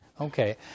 Okay